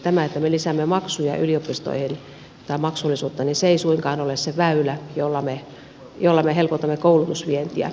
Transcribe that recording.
tämä että me lisäämme maksullisuutta yliopistoihin ei suinkaan ole se väylä jolla me helpotamme koulutusvientiä